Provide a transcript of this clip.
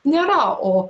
nėra o